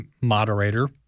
moderator